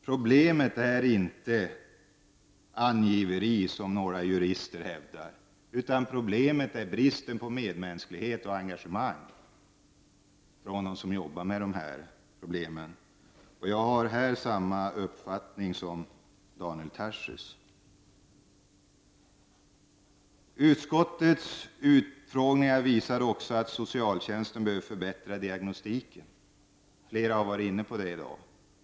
Problemet är inte det angiveri som några jurister hävdar skulle bli följden, utan problemet är bristen på medmänsklighet och engagemang från dem som jobbar med dessa saker. Jag har i detta avseende samma uppfattning som Daniel Tarschys. Vidare visar utskottets utfrågningar att socialtjänsten behöver förbättrad diagnostik. Flera har varit inne på detta i dag.